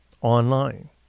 online